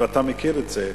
ואתה מכיר את זה,